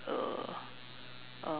uh